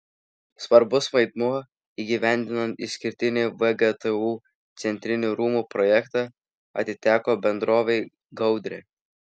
svarbus vaidmuo įgyvendinant išskirtinį vgtu centrinių rūmų projektą atiteko bendrovei gaudrė